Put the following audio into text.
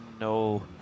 no